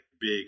big